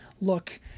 look